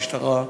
משטרה,